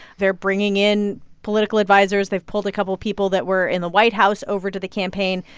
they're bringing in political advisers. they've pulled a couple people that were in the white house over to the campaign.